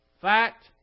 Fact